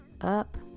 up